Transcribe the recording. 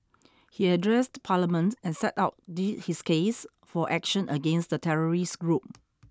he addressed Parliament and set out the his case for action against the terrorist group